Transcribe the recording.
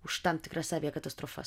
už tam tikras aviakatastrofas